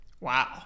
Wow